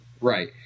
Right